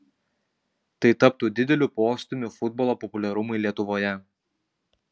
tai taptų dideliu postūmiu futbolo populiarumui lietuvoje